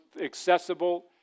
accessible